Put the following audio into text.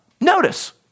notice